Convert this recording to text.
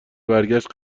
برگشت